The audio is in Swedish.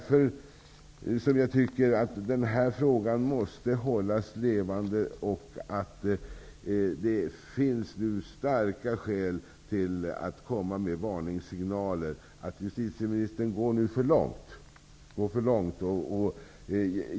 Frågan måste hållas levande, och det finns starka skäl att komma med en varningssignal om att justitieministern nu går för långt.